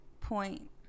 point